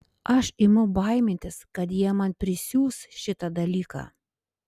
aš imu baimintis kad jie man prisiūs šitą dalyką